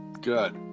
Good